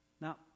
Now